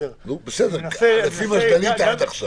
אני מבין כרגע